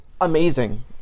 amazing